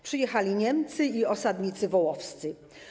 Przyjechali Niemcy i osadnicy wołoscy.